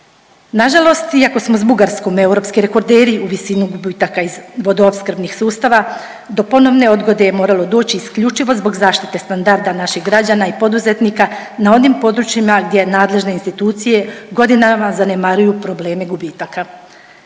Nažalost iako smo s Bugarskom europski rekorderi u visini gubitaka iz vodoopskrbnih sustava do ponovne odgode je moralo doći isključivo zbog zaštite standarda naših građana i poduzetnika na onim područjima gdje nadležne institucije godinama zanemaruju probleme gubitaka.